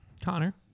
Connor